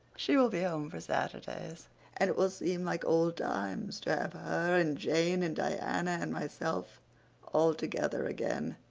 she will be home for saturdays and it will seem like old times, to have her and jane and diana and myself all together again.